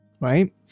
right